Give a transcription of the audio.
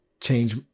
change